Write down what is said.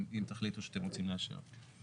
אם תחליטו שאתם רוצים לאשר אותו.